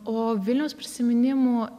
o vilniaus prisiminimų